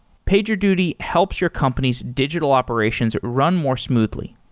pagerduty helps your company's digital operations run more smoothly.